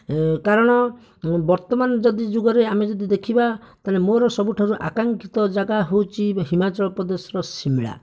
ଏ କାରଣ ବର୍ତ୍ତମାନ ଯଦି ଯୁଗରେ ଆମେ ଯଦି ଦେଖିବା ତେଣେ ମୋର ସବୁଠାରୁ ଅଂକାକ୍ଷିତ ଯାଗା ହେଉଛି ହିମାଞ୍ଚଳପ୍ରଦେଶର ସିମଲା